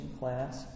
class